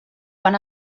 van